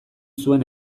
zuen